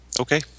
okay